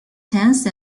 tense